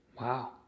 Wow